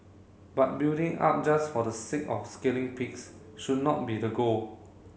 but building up just for the sake of scaling peaks should not be the goal